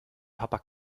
papa